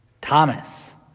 Thomas